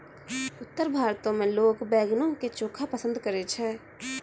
उत्तर भारतो मे लोक बैंगनो के चोखा पसंद करै छै